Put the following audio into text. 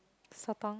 sotong